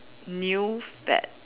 new fad